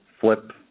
flip